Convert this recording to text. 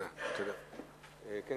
חבר הכנסת נחמן שי,